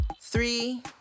three